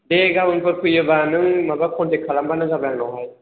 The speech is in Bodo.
दे गाबोनफोर फैयोब्ला नों माबा कन्टेक्ट खालामब्लानो जाबाय आंनावहाय